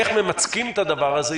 איך ממצקים את הדבר הזה,